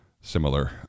similar